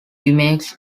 makes